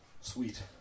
Sweet